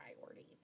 priority